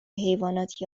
حیوانات